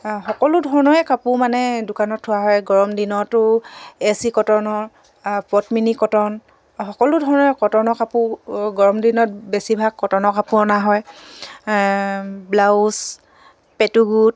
সকলো ধৰণৰে কাপোৰ মানে দোকানত থোৱা হয় গৰম দিনতো এ চি কটনৰ পটমিনী কটন সকলো ধৰণৰ কটনৰ কাপোৰ গৰম দিনত বেছিভাগ কটনৰ কাপোৰ অনা হয় ব্লাউজ পেটুগুট